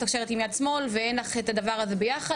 מתקשרת עם יד שמאל ואין לך את הדבר הזה ביחד,